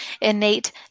innate